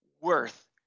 worth